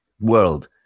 world